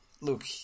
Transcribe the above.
look